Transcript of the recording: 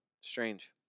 Strange